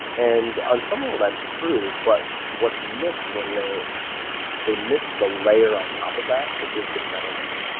and on some level that's true, but what's missed when they they miss the layer on top of that, which is the meta learning.